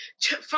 check